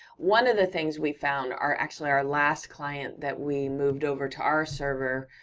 one of the things we found, are, actually, our last client that we moved over to our server,